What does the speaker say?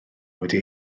wedi